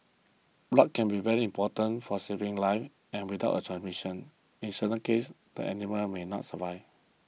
blood can be very important for saving lives and without a transfusion in certain cases the animal may not survive